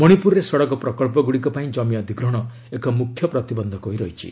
ମଣିପୁରରେ ସଡ଼କ ପ୍ରକଳ୍ପଗୁଡ଼ିକ ପାଇଁ ଜମି ଅଧିଗ୍ରହଣ ଏକ ମୁଖ୍ୟ ପ୍ରତିବନ୍ଧକ ହୋଇ ରହିଛି